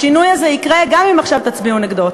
השינוי הזה יקרה גם אם עכשיו תצביעו נגדו.